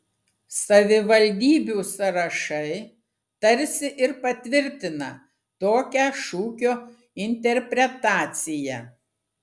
savivaldybių sąrašai tarsi ir patvirtina tokią šūkio interpretaciją